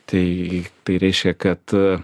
tai tai reiškia kad